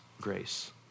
grace